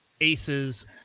aces